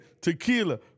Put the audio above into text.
tequila